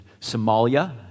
Somalia